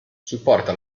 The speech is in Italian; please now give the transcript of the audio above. supporta